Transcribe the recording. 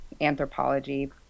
anthropology